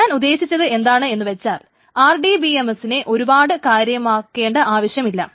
ഞാൻ ഉദ്ദേശിച്ചത് എന്താണെന്നു വച്ചാൽ RDBMS നെ ഒരുപാട് കാര്യമാക്കേണ്ട ആവശ്യം ഇല്ല